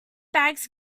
bags